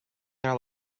their